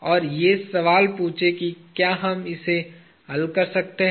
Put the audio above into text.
और ये सवाल पूछें कि क्या हम इसे हल कर सकते हैं